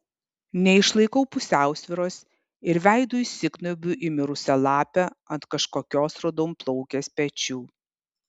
neišlaikau pusiausvyros ir veidu įsikniaubiu į mirusią lapę ant kažkokios raudonplaukės pečių